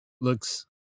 looks